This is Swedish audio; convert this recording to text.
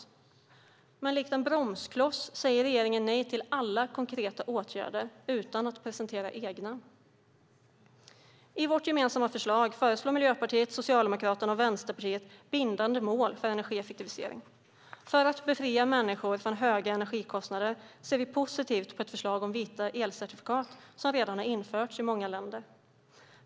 Regeringen agerar här bromskloss och säger nej till alla konkreta åtgärder utan att presentera egna. I vårt gemensamma förslag föreslår Miljöpartiet, Socialdemokraterna och Vänsterpartiet bindande mål för energieffektivisering. För att befria människor från höga energikostnader ser vi positivt på ett förslag om vita elcertifikat som redan har införts i många länder.